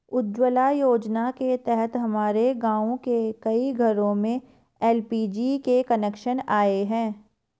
उज्ज्वला योजना के तहत हमारे गाँव के कई घरों में एल.पी.जी के कनेक्शन आए हैं